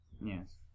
yes